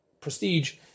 prestige